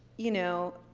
you know,